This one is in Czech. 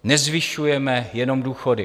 Nezvyšujeme jenom důchody.